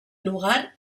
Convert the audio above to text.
lugar